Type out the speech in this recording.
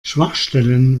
schwachstellen